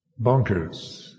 bonkers